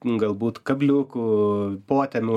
galbūt kabliukų potemių